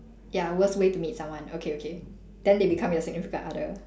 ya worst way to meet someone okay okay then they become your significant other